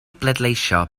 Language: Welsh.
bleidleisio